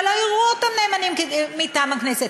אבל לא יראו אותם נאמנים מטעם הכנסת.